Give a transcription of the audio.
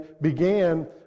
began